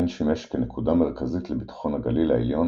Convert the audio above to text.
כן שימש כנקודה מרכזית לביטחון הגליל העליון